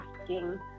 asking